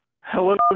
Hello